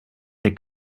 the